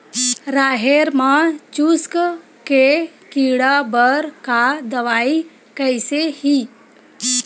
राहेर म चुस्क के कीड़ा बर का दवाई कइसे ही?